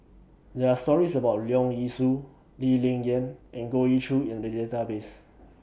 There Are stories about Leong Yee Soo Lee Ling Yen and Goh Ee Choo in The Database